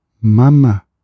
mama